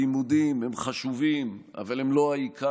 הלימודים הם חשובים, אבל הם לא העיקר.